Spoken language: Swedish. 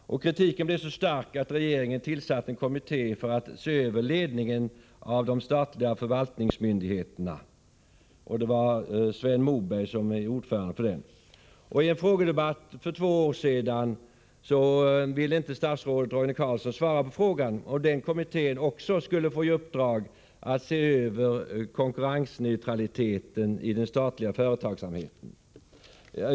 Kritiken blev så stark att regeringen tillsatte en kommitté för att se över ledningen av de statliga förvaltningsmyndigheterna. Sven Moberg blev ordförande för den kommittén. I en frågedebatt här i kammaren den 10 maj 1983 ville inte statsrådet Roine Carlsson svara på frågan om den kommittén även skulle få i uppdrag att se över konkurrensneutraliteten i den statliga företagsamheten.